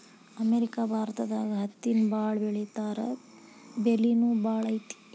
America ಭಾರತದಾಗ ಹತ್ತಿನ ಬಾಳ ಬೆಳಿತಾರಾ ಬೆಲಿನು ಬಾಳ ಐತಿ